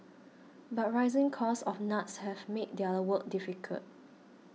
but rising costs of nuts have made their work difficult